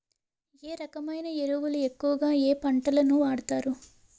ఏ రకమైన ఎరువులు ఎక్కువుగా ఏ పంటలకు వాడతారు?